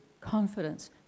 confidence